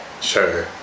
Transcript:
Sure